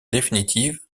définitive